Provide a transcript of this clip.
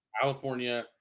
california